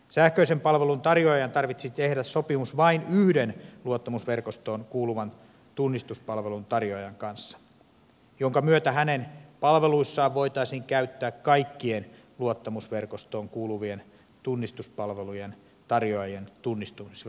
sähköisen palvelun tarjoajan tarvitsisi tehdä sopimus vain yhden luottamusverkostoon kuuluvan tunnistuspalvelun tarjoajan kanssa jonka myötä hänen palveluissaan voitaisiin käyttää kaikkien luottamusverkostoon kuuluvien tunnistuspalvelujen tarjoajien tunnistusvälineitä